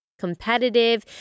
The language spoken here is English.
competitive